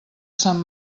sant